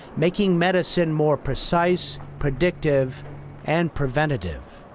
making medicine more precise, predictive and preventative.